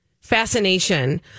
fascination